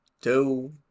two